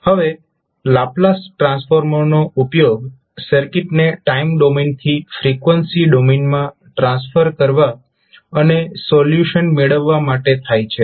હવે લાપ્લાસ ટ્રાન્સફોર્મનો ઉપયોગ સર્કિટને ટાઈમ ડોમેન થી ફ્રીક્વન્સી ડોમેન માં ટ્રાન્સફોર્મ કરવા અને સોલ્યુશન મેળવવા માટે થાય છે